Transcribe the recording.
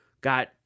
Got